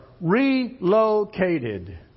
relocated